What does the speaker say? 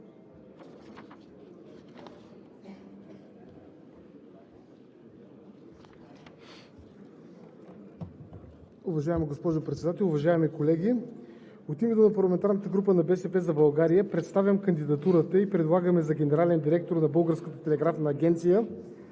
Уважаема госпожо Председател, уважаеми колеги! От името на парламентарната група на „БСП за България“ представям кандидатурата и предлагаме за генерален директор на Българската телеграфна агенция